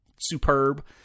superb